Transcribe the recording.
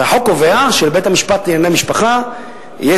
החוק קובע שלבית-המשפט לענייני המשפחה תהיה